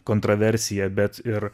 kontraversija bet ir